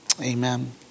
Amen